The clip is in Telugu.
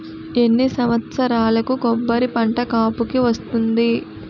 ఎన్ని సంవత్సరాలకు కొబ్బరి పంట కాపుకి వస్తుంది?